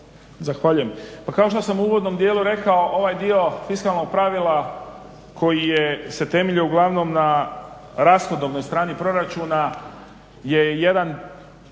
Zahvaljujem. Pa kao što sam u uvodnom dijelu rekao ovaj dio fiskalnog pravila koji se temelji uglavnom na rashodovnoj strani proračuna je jedan